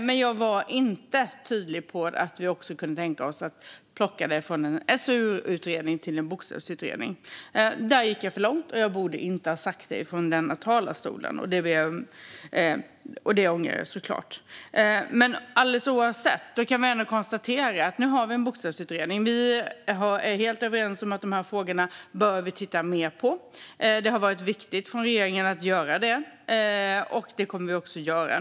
Men jag var inte tydlig med att vi också kunde tänka oss att plocka det från en SOUutredning till en bokstavsutredning. Där gick jag för långt, och jag borde inte ha sagt det från denna talarstol. Det ångrar jag såklart. Men alldeles oavsett kan vi ändå konstatera att vi nu har en bokstavsutredning. Vi är helt överens om att vi bör titta mer på dessa frågor. Det har varit viktigt från regeringens sida att göra det, och det kommer vi också att göra.